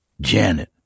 janet